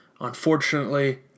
unfortunately